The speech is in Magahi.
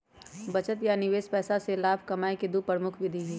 बचत आ निवेश पैसा से लाभ कमाय केँ दु प्रमुख विधि हइ